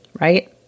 right